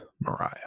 mariah